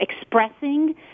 expressing